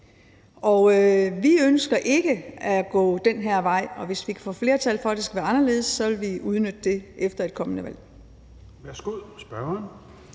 Vi ønsker ikke at gå den her vej, og hvis vi kan få flertal for, at det skal være anderledes, så vil vi udnytte det efter et kommende valg.